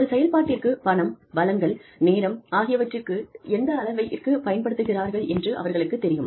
ஒரு செயல்பாட்டிற்கு பணம் வளங்கள் நேரம் ஆகியவற்றை எந்தளவிற்கு பயன்படுத்துகிறார்கள் என்று அவர்களுக்குத் தெரியும்